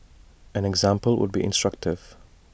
an example would be instructive